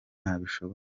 nabishobora